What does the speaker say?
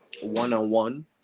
one-on-one